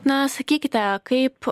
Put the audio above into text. na sakykite kaip